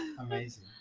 amazing